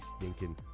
stinking